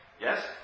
yes